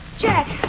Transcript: Jack